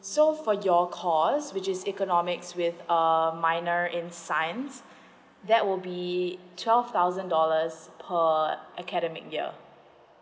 so for your course which is economics with um minor in science that will be twelve thousand dollars per academic year